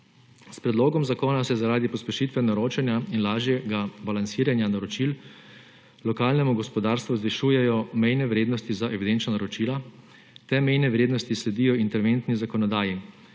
S predlogom zakona se zaradi pospešitve naročanja in lažjega balansiranja naročil lokalnemu gospodarstvu zvišujejo mejne vrednosti za evidenčna naročila. Te mejne vrednosti sledijo interventni zakonodaji.